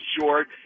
short